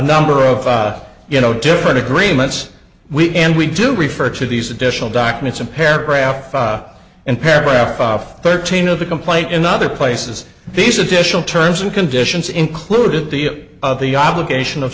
number of you know different agreements we and we do refer to these additional documents in paragraph and paragraph off thirteen of the complaint in other places these additional terms and conditions included the of the obligation of